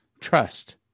Trust